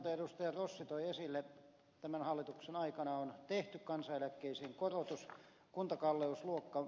rossi toi esille tämän hallituksen aikana on tehty kansaneläkkeisiin korotus